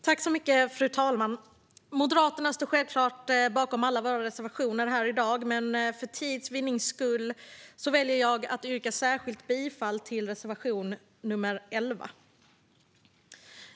Fru talman! Vi i Moderaterna står självklart bakom alla våra reservationer i dag, men för tids vinnande väljer jag att yrka bifall endast till reservation nr 11.